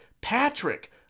patrick